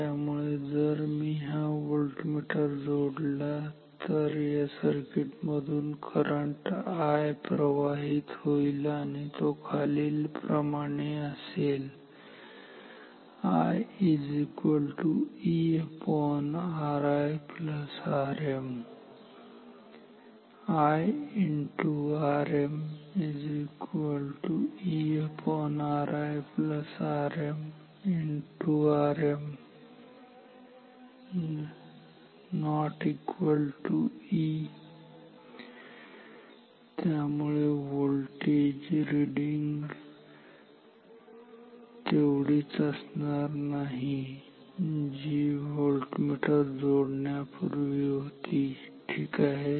त्यामुळे जर मी हा व्होल्टमीटर जोडला तर या सर्किट मधून करंट I प्रवाहित होईल आणि तो खालील प्रमाणे असेल I 𝐸𝑟𝑖𝑅𝑚 I x Rm 𝐸𝑟𝑖𝑅𝑚 x Rm ≠ E त्यामुळे व्होल्टेज रीडिंग तेवढीच असणार नाही जेवढी व्होल्टमीटर जोडण्या पूर्वी होती ठीक आहे